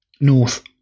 North